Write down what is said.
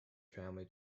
family